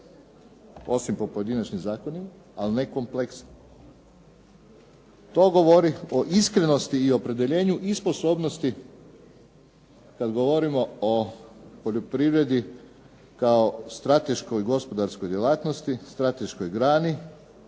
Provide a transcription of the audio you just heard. osim po pojedinačnim zakonima, ali ne kompleksno. To govori o iskrenosti i opredjeljenju i sposobnosti kad govorimo o poljoprivredi kao strateškoj gospodarskoj djelatnosti, strateškoj grani